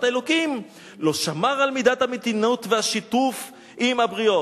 האלוקים לא שמר על מידת המתינות והשיתוף עם הבריות.